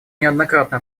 неоднократно